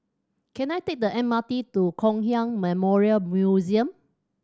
can I take the M R T to Kong Hiap Memorial Museum